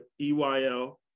EYL